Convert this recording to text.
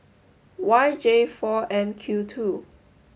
Y J four M Q two